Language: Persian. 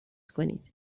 کنید